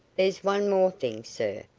there's one more thing, sir,